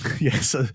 Yes